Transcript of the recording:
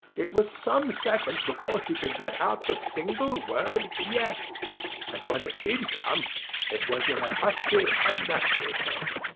it was some seconds before she could get out the single word yes' and when it did come it was in a husky unnatural tone.